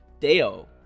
Deo